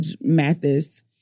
Mathis